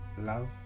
love